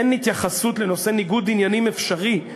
אין התייחסות לנושא ניגוד עניינים אפשרי,